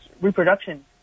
reproduction